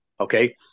okay